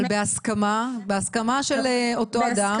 אבל בהסכמה של אותו אדם?